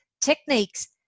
techniques